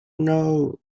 know